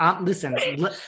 Listen